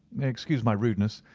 excuse my rudeness.